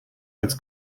als